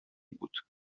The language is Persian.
بود